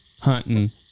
hunting